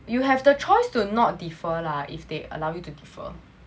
you have the choice to not defer lah if they allow you to defer